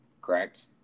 correct